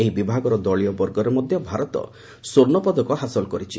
ଏହି ବିଭାଗର ଦଳୀୟ ବର୍ଗରେ ମଧ୍ୟ ଭାରତ ସ୍ୱର୍ଣ୍ଣପଦକ ହାସଲ କରିଛି